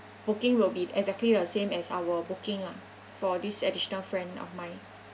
booking will be exactly the same as our booking lah for this additional friend of mine